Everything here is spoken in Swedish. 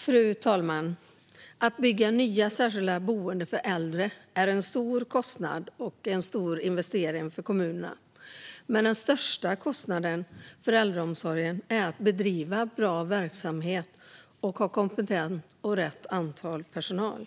Fru talman! Att bygga nya särskilda boenden för äldre är en stor kostnad och en stor investering för kommunerna, men den största kostnaden för äldreomsorgen handlar om att bedriva bra verksamhet och ha kompetent personal och rätt antal anställda.